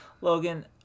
Logan